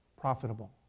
profitable